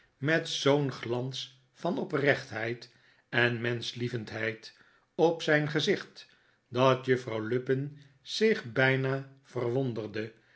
met zoo'n glans van oprechtheid en menschlievendheid op zijn gezicht dat juffrouw lupin zich bijna